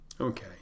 Okay